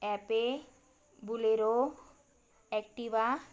ape bolero Activa